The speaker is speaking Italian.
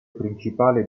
principale